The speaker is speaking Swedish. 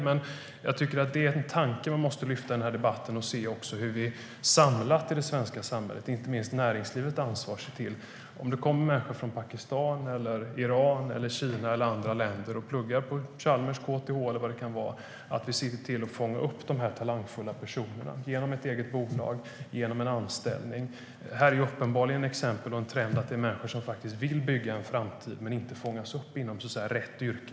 Men man måste i denna debatt lyfta fram hur vi samlat i det svenska samhället - inte minst gäller det näringslivets ansvar - kan se till att fånga upp talangfulla människor som kommer från Pakistan, Iran, Kina eller andra länder och pluggar på Chalmers, KTH och så vidare. Det kan handla om ett eget bolag eller en anställning. Trenden är att det uppenbarligen är människor som vill bygga en framtid men som inte fångas upp inom så att säga rätt yrke.